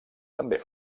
també